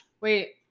Wait